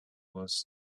was